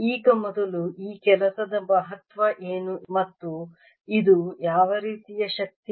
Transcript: ಈಗ ಮೊದಲು ಈ ಕೆಲಸದ ಮಹತ್ವ ಏನು ಮತ್ತು ಇದು ಯಾವ ರೀತಿಯ ಶಕ್ತಿ